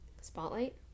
Spotlight